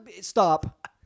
Stop